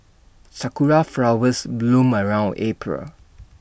Sakura Flowers bloom around April